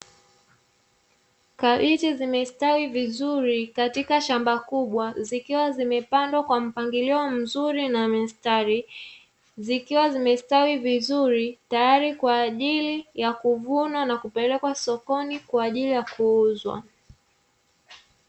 Kabichi zimestawi vizuri katika shamba kubwa zikiwa zimepandwa kwa mpangilio mzuri na mistari; zikiwa zimestawi vizuri tayari kwa ajili ya kuvunwa na kupelekwa sokoni kwa ajili ya kuuzwa.